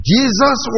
Jesus